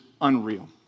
unreal